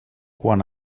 quan